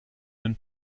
den